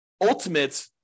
ultimate